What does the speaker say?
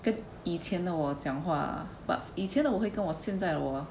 跟以前的我讲话 but 以前的我会跟我现在的我